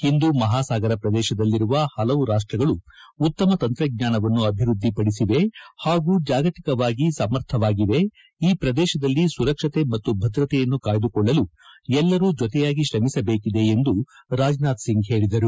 ಹಿಂದೂ ಮಹಾಸಾಗರ ಪ್ರದೇಶದಲ್ಲಿರುವ ಪಲವು ರಾಷ್ಷಗಳು ಉತ್ತಮ ತಂತ್ರಜ್ಟಾನವನ್ನು ಅಭಿವೃದ್ದಿಪಡಿಸಿವೆ ಹಾಗೂ ಜಾಗತಿಕವಾಗಿ ಸಮರ್ಥವಾಗಿವೆ ಈ ಪ್ರದೇಶದಲ್ಲಿ ಸುರಕ್ಷತೆ ಮತ್ತು ಭದ್ರತೆಯನ್ನು ಕಾಯ್ದುಕೊಳ್ಳಲು ಎಲ್ಲರೂ ಜೊತೆಯಾಗಿ ಶ್ರಮಿಸಬೇಕಿದೆ ಎಂದು ರಾಜನಾಥ್ ಸಿಂಗ್ ಹೇಳಿದರು